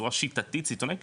בצורה שיטתית סיטונאית,